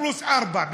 פלוס 4,